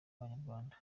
abanyarwanda